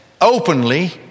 openly